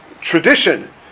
tradition